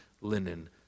linen